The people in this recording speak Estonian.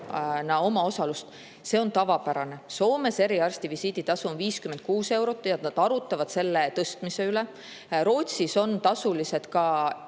omaosalust, on tavapärane. Soomes eriarsti visiiditasu on 56 eurot ja nad arutavad selle tõstmise üle. Rootsis on tasulised ka